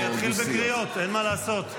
אני אתחיל בקריאות, אין מה לעשות.